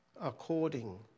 according